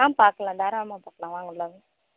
ஆ பார்க்கலாம் தாராளமாக பார்க்கலாம் வாங்க உள்ளே வாங்க